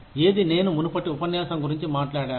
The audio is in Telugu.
ఏది నేను మునుపటి ఉపన్యాసం గురించి మాట్లాడాను